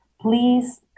Please